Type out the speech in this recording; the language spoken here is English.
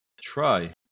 try